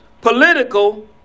political